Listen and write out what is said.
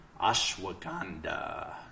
ashwagandha